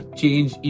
change